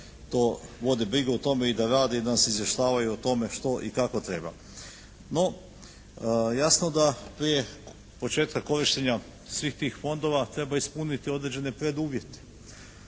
to vode brigu o tome i da rade, nas izvještavaju o tome što i kako treba. No, jasno da prije početka korištenja svih tih fondova treba ispuniti određene preduvjete.